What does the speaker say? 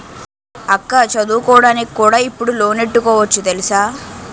అక్కా చదువుకోడానికి కూడా ఇప్పుడు లోనెట్టుకోవచ్చు తెలుసా?